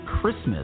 Christmas